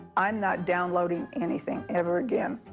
i'm not downloading anything ever again.